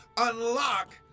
unlock